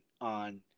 on